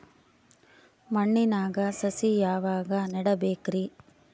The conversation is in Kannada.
ಮಣ್ಣಿನಾಗ ಸಸಿ ಯಾವಾಗ ನೆಡಬೇಕರಿ?